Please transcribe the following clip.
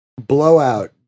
blowout